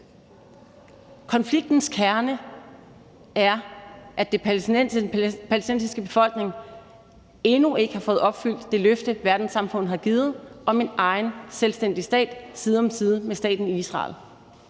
Konfliktens kerne er, at den palæstinensiske befolkning endnu ikke har fået opfyldt det løfte, verdenssamfundet har givet, om en egen selvstændig stat side om side med staten Israel.